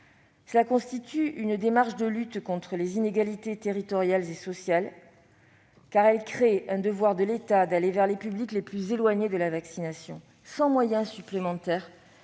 dans une démarche de lutte contre les inégalités territoriales et sociales, pour assumer son devoir d'aller vers les publics les plus éloignés de la vaccination. Sans moyens supplémentaires,